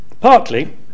partly